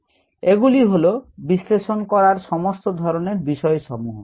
এগুলি হল বিশ্লেষণ করার সমস্ত ধরনের বিষয় সমূহ